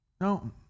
No